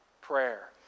prayer